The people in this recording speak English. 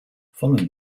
following